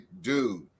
dude